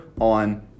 on